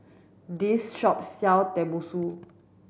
this shop sell Tenmusu